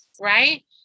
right